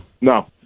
No